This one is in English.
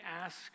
ask